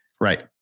right